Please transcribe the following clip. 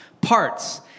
parts